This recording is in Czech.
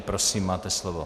Prosím, máte slovo.